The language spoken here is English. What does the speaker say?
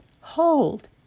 hold